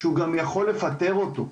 שהוא גם יכול לפטר אותו.